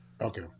Okay